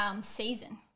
season